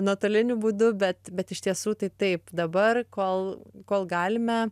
nuotoliniu būdu bet bet iš tiesų tai taip dabar kol kol galime